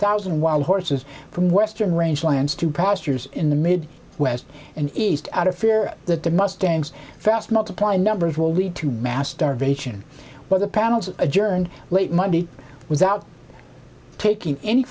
thousand wild horses from western range lands to processors in the mid west and east out of fear that the mustangs fast multiply numbers will lead to mass starvation while the panels adjourned late monday without taking any